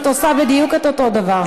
את עושה בדיוק אותו דבר.